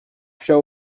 show